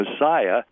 Messiah